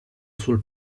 sul